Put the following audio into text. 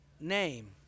name